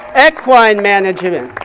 equine management,